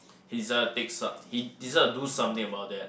he's a he deserved to do something about that